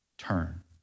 Turn